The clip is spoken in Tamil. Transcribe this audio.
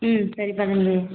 ம் சரிப்பா தம்பி